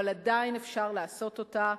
אבל עדיין אפשר לעשות אותה,